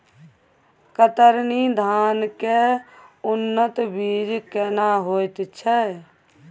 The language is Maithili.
कतरनी धान के उन्नत बीज केना होयत छै?